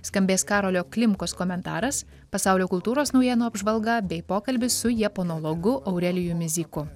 skambės karolio klimkos komentaras pasaulio kultūros naujienų apžvalga bei pokalbis su japonologu aurelijumi zyku